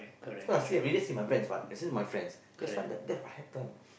because I see everyday see my friends [what] that's why that's what happen